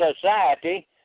society